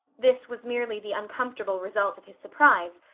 this was merely the uncomfortable result of his surprise,